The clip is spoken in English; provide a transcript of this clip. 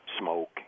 smoke